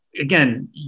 again